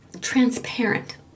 transparent